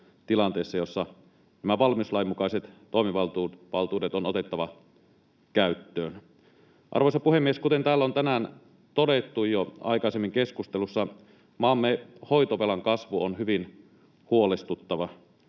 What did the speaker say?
tilanteessa, jossa nämä valmiuslain mukaiset toimivaltuudet on otettava käyttöön. Arvoisa puhemies! Kuten täällä on tänään todettu jo aikaisemmin keskustelussa, maamme hoitovelan kasvu on hyvin huolestuttava.